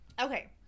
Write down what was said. Okay